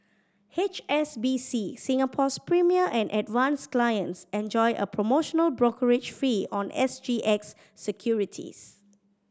H S B C Singapore's Premier and Advance clients enjoy a promotional brokerage fee on S G X securities